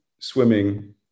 swimming